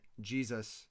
Jesus